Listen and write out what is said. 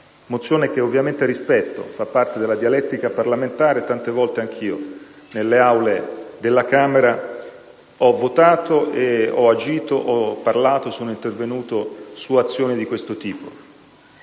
Mozione che ovviamente rispetto: fa parte della dialettica parlamentare e tante volte anch'io, nelle Aule della Camera dei deputati, ho votato e ho agito, ho parlato e sono intervenuto su azioni di questo tipo.